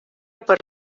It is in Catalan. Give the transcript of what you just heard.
per